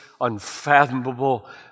unfathomable